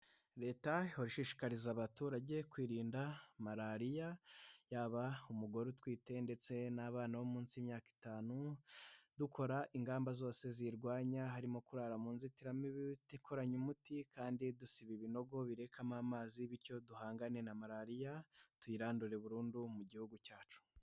Leta ihora ishishikariza abaturage kwirinda malariya, yaba umugore utwite ndetse n'abana bo munsi y'imyaka itanu, dukora ingamba zose ziyirwanya harimo kurara mu nzitiramibu ikoranye umuti, kandi dusiba ibinogo birekamo amazi bityo duhangane na malariya tuyirandure burundu mu gihugu cyacu.